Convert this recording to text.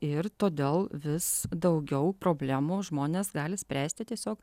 ir todėl vis daugiau problemų žmonės gali spręsti tiesiog